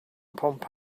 pump